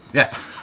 yes.